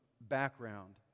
background